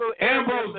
Ambrose